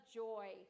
joy